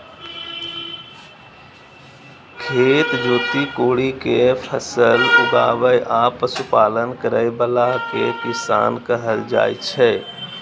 खेत जोति कोड़ि कें फसल उगाबै आ पशुपालन करै बला कें किसान कहल जाइ छै